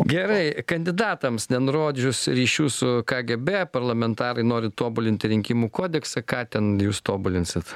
gerai kandidatams nenurodžius ryšių su kgb parlamentarai nori tobulinti rinkimų kodeksą ką ten jūs tobulinsit